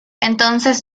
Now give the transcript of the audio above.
entonces